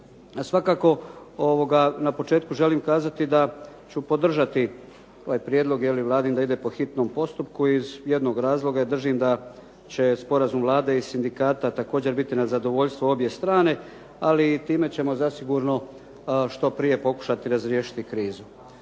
svakako na početku želim kazati da ću podržati je li ovaj prijedlog Vladin da ide po hitnom postupku iz jednog razloga, jer držim da će sporazum Vlade i sindikata također biti na zadovoljstvo na obje strane, ali time ćemo zasigurno što prije pokušati razriješiti krizu.